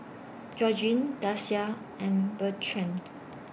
Georgine Dasia and Bertrand